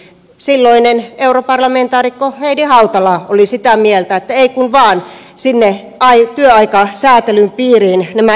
silloinen europarlamentaarikko heidi hautala oli sitä mieltä että ei kun vaan sinne työaikasäätelyn piiriin nämä yrittäjäkuljettajat